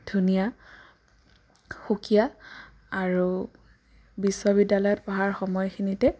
ধুনীয়া সুকীয়া আৰু বিশ্ববিদ্যালয়ত পঢ়াৰ সময়খিনিতে